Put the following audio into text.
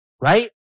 right